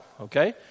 okay